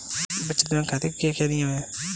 बचत बैंक खाते के क्या क्या नियम हैं?